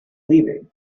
leaving